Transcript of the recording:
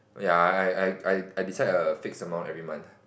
ya I I I decide a fixed amount every month